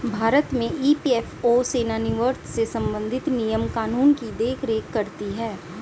भारत में ई.पी.एफ.ओ सेवानिवृत्त से संबंधित नियम कानून की देख रेख करती हैं